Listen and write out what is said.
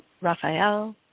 Raphael